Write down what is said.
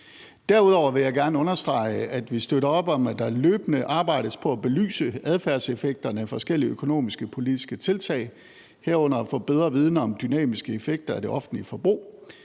Derudover vil jeg gerne understrege, at vi støtter op om, at der løbende arbejdes på at belyse adfærdseffekterne af forskellige økonomiske og politiske tiltag, herunder at få bedre viden om dynamiske effekter af det offentlige forbrug.